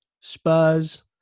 Spurs